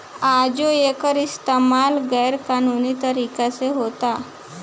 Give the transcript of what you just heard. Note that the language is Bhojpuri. आजो एकर इस्तमाल गैर कानूनी तरीका से होता